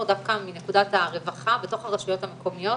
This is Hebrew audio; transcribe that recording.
דווקא מנקודת ראות הרווחה בתוך הרשויות המקומיות,